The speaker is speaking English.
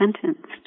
sentenced